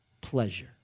pleasure